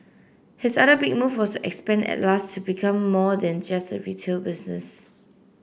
his other big move was expand Atlas to become more than just a retail business